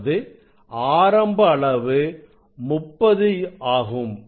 அதாவது ஆரம்ப அளவு 30 ஆகும்